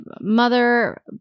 mother